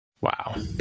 Wow